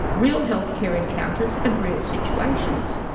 real healthcare encounters, and real situations.